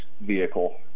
vehicle